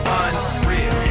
unreal